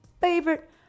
favorite